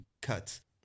cuts